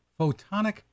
photonic